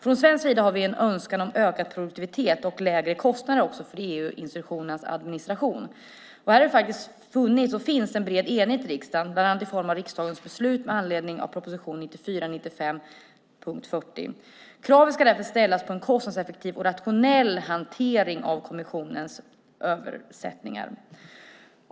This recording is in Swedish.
Från svensk sida har vi en önskan om ökad produktivitet och lägre kostnader för EU-institutionernas administration. Här har det funnits och finns en bred enighet i riksdagen bland annat i form av riksdagens beslut med anledning av proposition 1994/95:40. Kravet ska därför ställas på en kostnadseffektiv och rationell hantering av kommissionens översättningar.